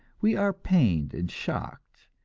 we are pained and shocked.